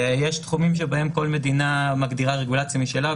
יש תחומים שבהם כל מדינה מגדירה רגולציה משלה,